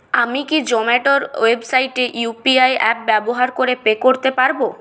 আমি কি জোম্যাটো এর ওয়েবসাইটে ইউ পি আই অ্যাপ ব্যবহার করে পে করতে পারব